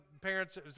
parents